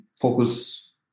focus